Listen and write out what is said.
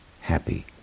happy